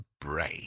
brain